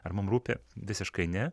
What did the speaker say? ar mum rūpi visiškai ne